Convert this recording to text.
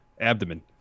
abdomen